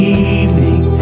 evening